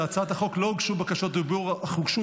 להצעת החוק לא הוגשו בקשות דיבור אך הוגשו